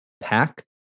pack